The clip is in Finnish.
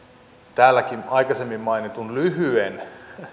täälläkin aikaisemmin mainitun lyhyen